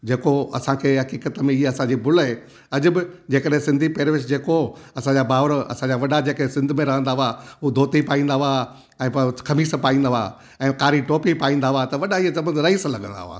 जेको असांखे हक़ीकत में इहे असांजी भुल आहे अॼु बि जे कडहिं सिंधी पहेरवेश जेको असांजा भावर असांजा वॾा जेके सिंध में रहंदा हुआ उहे धोती पाईंदा हुआ ऐं ख़मीस पाईंदा हुआ ऐं कारी टोपी पाईंदा हुआ त वॾा ई सभु रहीस लॻंदा हुआ